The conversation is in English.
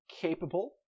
capable